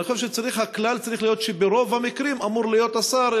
אבל אני חושב שהכלל צריך להיות שברוב המקרים אמור להיות השר,